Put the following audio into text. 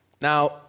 Now